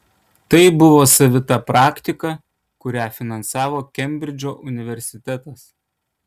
tai buvo savita praktika kurią finansavo kembridžo universitetas